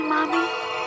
Mommy